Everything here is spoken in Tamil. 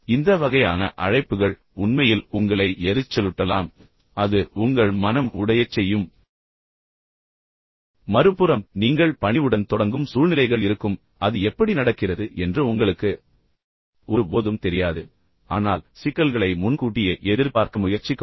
எனவே இந்த வகையான அழைப்புகள் உண்மையில் உங்களை எரிச்சலூட்டலாம் பின்னர் அது உங்கள் மனம் உடையச்செய்யும் மறுபுறம் நீங்கள் பணிவுடன் தொடங்கும் சூழ்நிலைகள் இருக்கும் அது எப்படி நடக்கிறது என்று உங்களுக்கு ஒருபோதும் தெரியாது ஆனால் சிக்கல்களை முன்கூட்டியே எதிர்பார்க்க முயற்சிக்கவும்